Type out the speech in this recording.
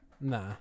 Nah